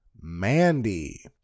Mandy